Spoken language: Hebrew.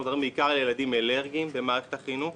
אנחנו מדברים בעיקר על ילדים אלרגיים במערכת החינוך.